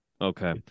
Okay